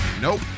Nope